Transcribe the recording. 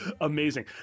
Amazing